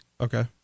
Okay